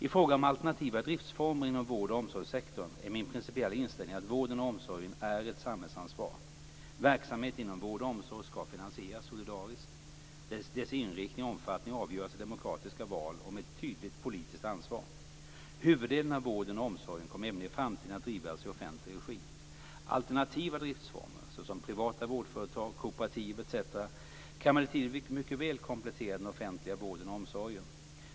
I fråga om alternativa driftsformer inom vård och omsorgssektorn är min principiella inställning att vården och omsorgen är ett samhällsansvar. Verksamhet inom vård och omsorg skall finansieras solidariskt, dess inriktning och omfattning avgöras i demokratiska val och med ett tydligt politiskt ansvar. Huvuddelen av vården och omsorgen kommer även i framtiden att drivas i offentlig regi. Alternativa driftsformer, såsom privata vårdföretag, kooperativ etc., kan emellertid mycket väl komplettera den offentliga vården och omsorgen.